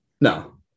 No